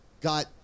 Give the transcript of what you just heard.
got